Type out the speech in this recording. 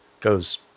goes